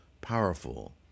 powerful